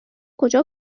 کجا